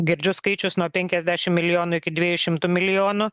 girdžiu skaičius nuo penkiasdešim milijonų iki dviejų šimtų milijonų